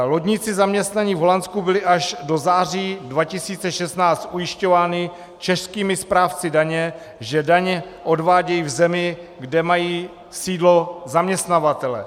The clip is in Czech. Lodníci zaměstnaní v Holandsku byli až do září 2016 ujišťováni českými správci daně, že daně odvádějí v zemi, kde mají sídlo zaměstnavatelé.